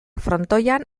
frontoian